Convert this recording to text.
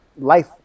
life